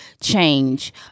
change